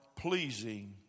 pleasing